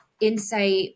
insight